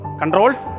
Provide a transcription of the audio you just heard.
controls